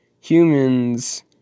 Humans